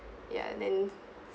ya and then